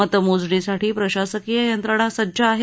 मतमोजणीसाठी प्रशासकीय यंत्रणा सज्ज आहे